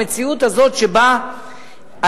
המציאות הזאת, שבה אנשים,